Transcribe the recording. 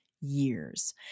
years